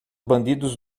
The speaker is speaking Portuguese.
bandidos